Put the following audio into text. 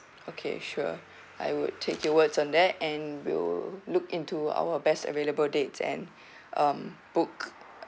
okay sure I would take your words on that and will look into our best available dates and um book